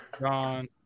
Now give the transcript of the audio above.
gone